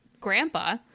Grandpa